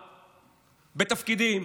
בתפקידים,